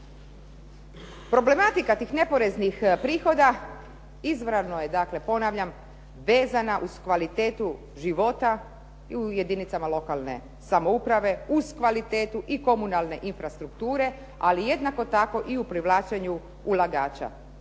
Problematika tih neporeznih prihoda izravno je dakle ponavljam vezana uz kvalitetu života i u jedinicama lokalne samouprave uz kvalitetu i komunalne infrastrukture ali jednako tako i u privlačenju ulagača.